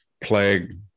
plague